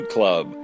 Club